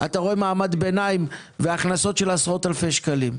אתה רואה מעמד ביניים והכנסות של עשרות אלפי שקלים.